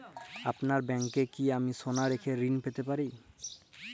আপনার ব্যাংকে কি আমি সোনা রেখে ঋণ পেতে পারি?